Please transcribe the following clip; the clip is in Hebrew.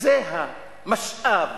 זה המשאב